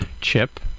chip